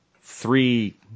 three